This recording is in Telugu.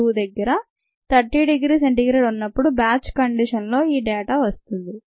2 దగ్గర 30 డిగ్రీ C ఉన్నప్పుడు బ్యాచ్ కండీషన్స్లో ఈ డేటా వస్తుంది